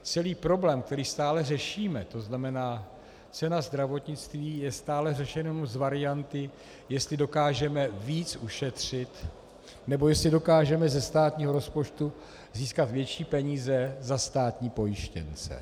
Celý problém, který stále řešíme, to znamená cena zdravotnictví, je stále řešen jenom z varianty, jestli dokážeme víc ušetřit, nebo jestli dokážeme ze státního rozpočtu získat větší peníze za státní pojištěnce.